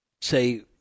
say